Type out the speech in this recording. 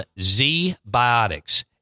Z-Biotics